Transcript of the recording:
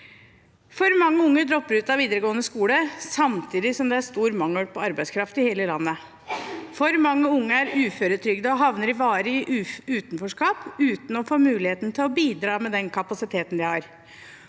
For mange unge dropper ut av videregående skole, samtidig som det er stor mangel på arbeidskraft i hele landet. For mange unge er uføretrygdet og havner i varig utenforskap, uten å få muligheten til å bidra med den kapasiteten de har,